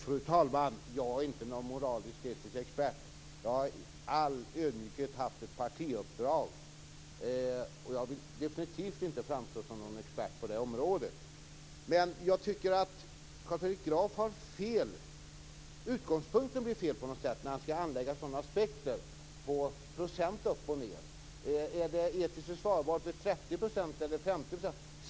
Fru talman! Jag är inte någon moralisk-etisk expert. Jag har i all ödmjukhet haft ett partiuppdrag, och jag vill definitivt inte framstå som någon expert på det här området. Men jag tycker att Carl Fredrik Grafs utgångspunkt blir fel på något sätt när han anlägger aspekter på olika procenttal upp eller ned. Är det etiskt försvarbart med en skatt som är 30 % eller 50 %?